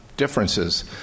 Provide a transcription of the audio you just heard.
differences